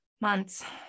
months